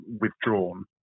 withdrawn